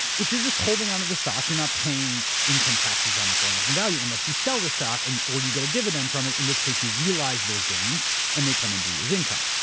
if you're just holding onto the stock, you're not paying income taxes on it going up in value unless you sell the stock and or you get a dividend from it, in which case you realize those gains and they come into you as income.